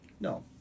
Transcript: No